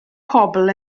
pobl